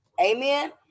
Amen